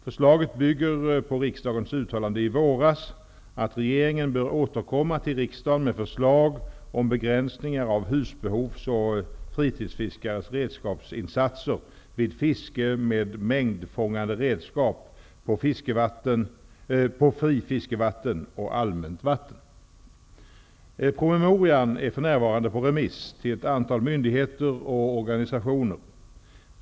Förslaget bygger på riksdagens uttalande i våras att regeringen bör återkomma till riksdagen med förslag om begränsningar av husbehovs och fritidsfiskares redskapsinsatser vid fiske med mängdfångande redskap på frifiskevatten och allmänt vatten. Promemorian är för närvarande på remiss till ett antal myndigheter och organisationer.